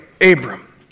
Abram